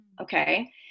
okay